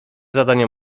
zadania